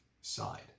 side